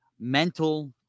mental